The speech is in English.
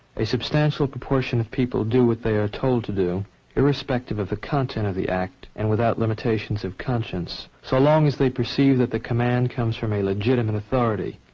a substantial proportion of people do what they are told to do irrespective of the content of the act and without limitations of conscience. so long as they perceive that the command comes from a legitimate authority.